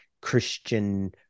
Christian